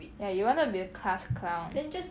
ya you wanted to be a class clown